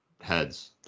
Heads